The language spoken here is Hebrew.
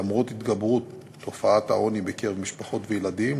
למרות התגברות תופעת העוני בקרב משפחות וילדים,